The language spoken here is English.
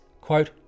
Quote